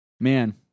man